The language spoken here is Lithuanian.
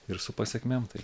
ir su pasekmėm tai